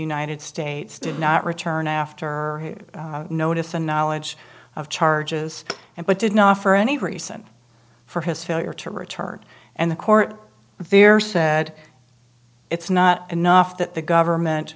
united states did not return after notice and knowledge of charges and but did not offer any reason for his failure to return and the court theer said it's not enough that the government